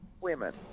women